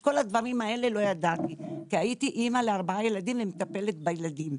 את כל הדברים האלה לא ידעתי כי הייתי אימא לארבעה ילדים וטיפלתי בילדים,